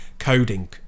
coding